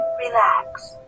relax